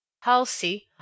halsey